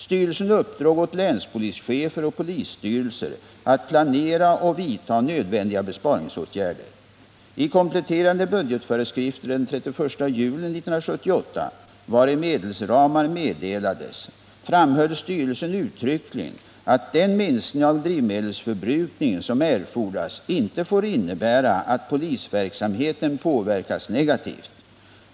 Styrelsen uppdrog åt länspolischefer och polisstyrelser att planera och vidta nödvändiga besparingsåtgärder. I kompletterande budgetföreskrifter den 31 juli 1978, vari medelsramar meddelades, framhöll styrelsen uttryckligen att den minskning av drivmedelsförbrukningen som erfordras inte får innebära att polisverksamheten påverkas negativt.